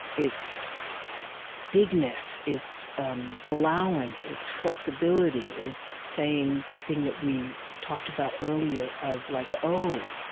it's bigness. it's um allowance. it's flexibility. it's saying the thing that we talked about earlier, of like oh,